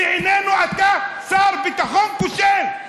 בעינינו אתה שר ביטחון כושל.